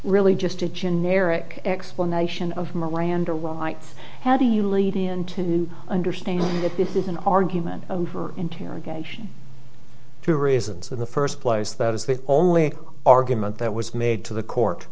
really just a generic explanation of miranda rights how do you lead into understanding that this is an argument over interrogation to reasons in the first place that is the only argument that was made to the court